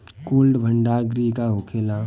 Cold भण्डार गृह का होखेला?